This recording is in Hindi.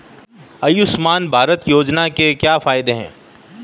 आयुष्मान भारत योजना के क्या फायदे हैं?